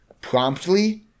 promptly